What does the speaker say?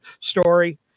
story